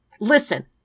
listen